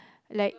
like